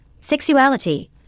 sexuality